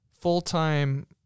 full-time